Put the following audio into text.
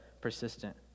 persistent